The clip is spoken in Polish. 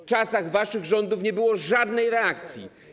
W czasach waszych rządów nie było żadnej reakcji.